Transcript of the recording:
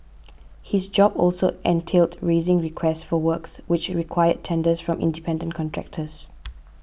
his job also entailed raising requests for works which required tenders from independent contractors